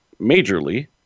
majorly